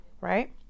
right